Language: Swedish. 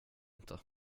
inte